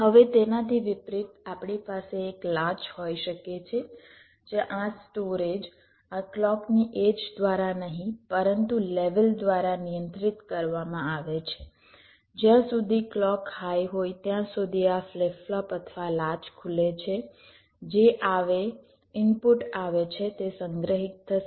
હવે તેનાથી વિપરીત આપણી પાસે એક લાચ હોઈ શકે છે જ્યાં આ સ્ટોરેજ આ કલૉકની એડ્જ દ્વારા નહીં પરંતુ લેવલ દ્વારા નિયંત્રિત કરવામાં આવે છે જ્યાં સુધી ક્લૉક હાઈ હોય ત્યાં સુધી આ ફ્લિપ ફ્લોપ અથવા લાચ ખુલે છે જે આવે ઇનપુટ આવે છે તે સંગ્રહિત થશે